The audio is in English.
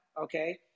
okay